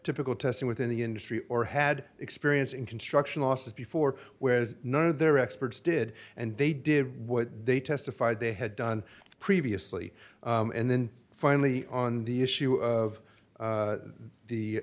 typical testing within the industry or had experience in construction losses before whereas none of their experts did and they did what they testified they had done previously and then finally on the issue of